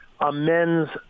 amends